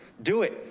do it,